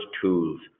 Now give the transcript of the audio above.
tools